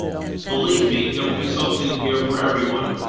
believe me, there will be something here for everyone,